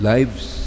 Lives